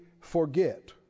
forget